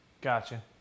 Gotcha